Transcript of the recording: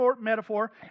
metaphor